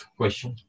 question